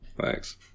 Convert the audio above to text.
thanks